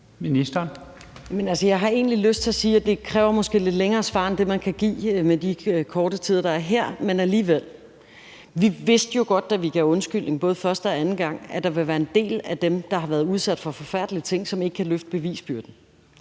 Jeg har egentlig lyst til at sige, at det måske kræver et længere svar, end det, man kan give med de korte taletider, der er her, men alligevel prøver jeg: Vi vidste jo godt, da vi gav en undskyldning både første og anden gang, at der vil være en del af dem, der har været udsat for forfærdelige ting, som ikke kan løfte bevisbyrden.